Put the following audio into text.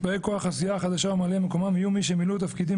באי כוח הסיעה החדשה וממלאי מקומם יהיו מי שמילאו תפקידים